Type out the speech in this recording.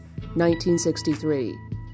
1963